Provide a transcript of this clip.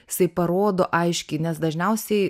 jisai parodo aiškiai nes dažniausiai